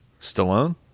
Stallone